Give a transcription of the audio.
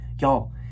Y'all